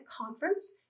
conference